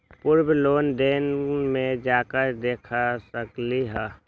पूर्व लेन देन में जाके देखसकली ह?